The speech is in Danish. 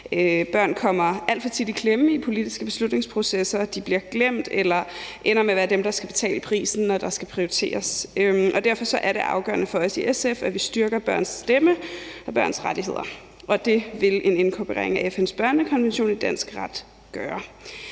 Børn kommer alt for tit i klemme i politiske beslutningsprocesser – de bliver glemt eller ender med at være dem, der skal betale prisen, når der skal prioriteres. Derfor er det afgørende for os i SF, at vi styrker børnenes stemme og børnenes rettigheder, og det vil en inkorporering af FN's børnekonvention i dansk ret gøre.